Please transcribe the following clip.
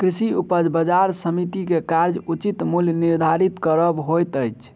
कृषि उपज बजार समिति के कार्य उचित मूल्य निर्धारित करब होइत अछि